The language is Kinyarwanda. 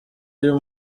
uyu